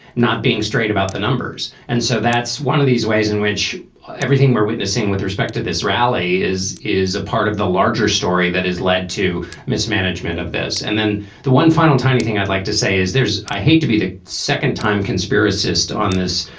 not being straight about the numbers. and so that's one of these ways in which everything we're witnessing with respect to this rally is is a part of the larger story that has led to mismanagement of this. and then the one final tiny thing i'd like to say is there's i hate to be the second time conspiracist on this